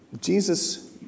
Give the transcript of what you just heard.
Jesus